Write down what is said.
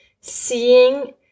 seeing